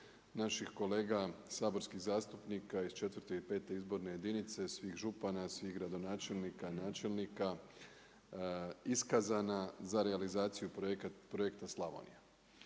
naših kolega saborskih zastupnika iz četvrte i pete izborne jedinice, svih župana, svih gradonačelnika, načelnika, iskazana za realizaciju projekta Slavonija.